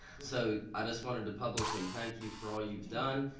so i just wanted to publicly thank you for all you've done,